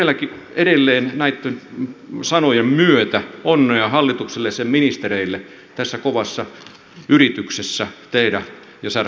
toivon edelleen näitten sanojen myötä onnea hallitukselle ja sen ministereille tässä kovassa yrityksessä tehdä ja saada suomi kuntoon